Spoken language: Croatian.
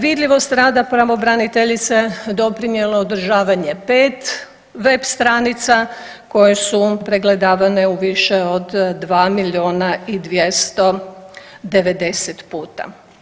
Vidljivost rada pravobraniteljice doprinjelo je održavanje 5 web stranica koje su pregledavane u više od 2 milijuna i 290 puta.